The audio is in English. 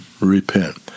Repent